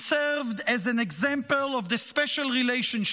and served as an example of the special relationship